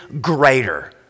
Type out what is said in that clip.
greater